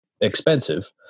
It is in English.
expensive